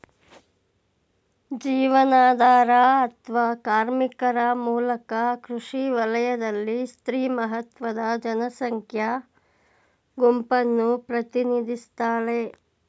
ಜೀವನಾಧಾರ ಅತ್ವ ಕಾರ್ಮಿಕರ ಮೂಲಕ ಕೃಷಿ ವಲಯದಲ್ಲಿ ಸ್ತ್ರೀ ಮಹತ್ವದ ಜನಸಂಖ್ಯಾ ಗುಂಪನ್ನು ಪ್ರತಿನಿಧಿಸ್ತಾಳೆ